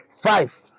five